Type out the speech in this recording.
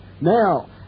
Now